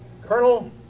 Colonel